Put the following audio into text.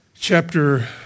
chapter